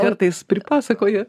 kartais pripasakoja